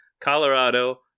colorado